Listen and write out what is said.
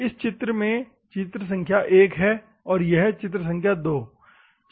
इस चित्र में यह चित्र संख्या 1 है और यह चित्र संख्या 2